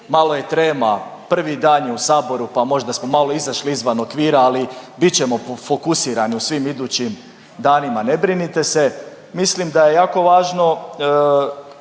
malo je trema, prvi dan je u saboru pa možda smo malo izašli izvan okvira, ali bit ćemo fokusirani u svim idućim danima, ne brinite se. Mislim da je jako važno